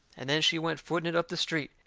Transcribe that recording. and then she went footing it up the street.